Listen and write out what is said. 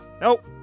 Nope